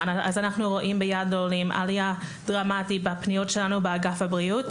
אז אנחנו רואים ביד לעולים עלייה דרמטית בפניות שלנו באגף הבריאות.